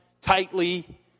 tightly